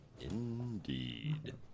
Indeed